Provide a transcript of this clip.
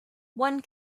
one